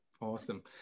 Awesome